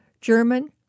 German